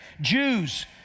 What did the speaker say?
Jews